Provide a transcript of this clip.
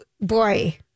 boy